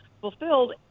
fulfilled